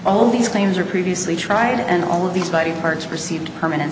all these claims are previously tried and all of these body parts received permanen